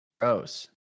Gross